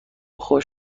خوش